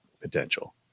potential